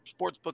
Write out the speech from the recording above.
sportsbook